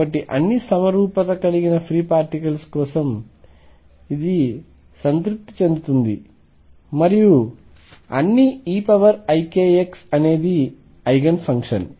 కాబట్టి అన్ని సమరూపత కలిగిన ఫ్రీ పార్టికల్స్ కోసం ఇది సంతృప్తి చెందుతుంది మరియు అన్ని eikx అనేది ఐగెన్ ఫంక్షన్